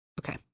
okay